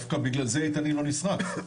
דווקא בגלל זה איתנים לא נשרף.